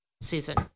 season